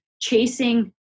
chasing